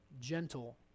gentle